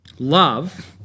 Love